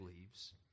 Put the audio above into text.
leaves